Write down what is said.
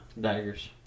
daggers